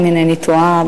אם אינני טועה,